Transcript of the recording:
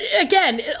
Again